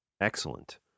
Excellent